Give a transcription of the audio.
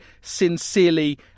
sincerely